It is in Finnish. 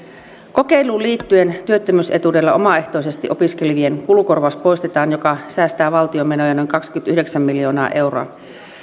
kokeiluun liittyen työttömyysetuudella omaehtoisesti opiskelevien kulukorvaus poistetaan mikä säästää valtion menoja noin kaksikymmentäyhdeksän miljoonaa euroa